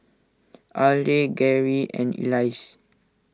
Arley Gerry and Elzy